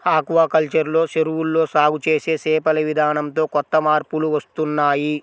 aquaculture లో చెరువుల్లో సాగు చేసే చేపల విధానంతో కొత్త మార్పులు వస్తున్నాయ్